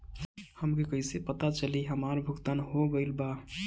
हमके कईसे पता चली हमार भुगतान हो गईल बा?